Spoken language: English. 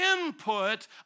input